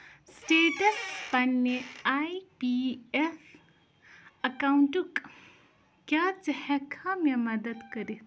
status پنٕنہِ I P F اَکاونٛٹُک کیٛاہ ژٕ ہٮ۪کٕکھا مےٚ مدد کٔرِتھ